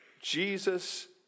Jesus